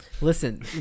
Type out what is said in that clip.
Listen